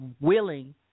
willing